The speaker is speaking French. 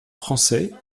français